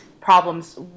problems